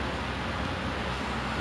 like after graduation